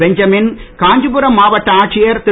Benjamin Kanchipuram மாவட்ட ஆட்சியர் திரு